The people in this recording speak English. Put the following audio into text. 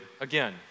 again